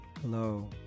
Hello